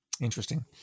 interesting